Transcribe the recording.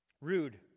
Rude